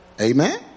Amen